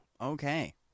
okay